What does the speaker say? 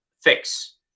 fix